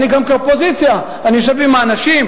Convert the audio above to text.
אני, כאופוזיציה, יושב עם אנשים,